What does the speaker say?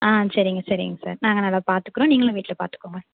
ஆ சரிங்க சரிங்க சார் நாங்கள் நல்லா பார்த்துக்குறோம் நீங்களும் வீட்டில் பார்த்துக்கோங்க